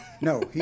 No